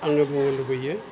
आङो बुंनो लुगैयो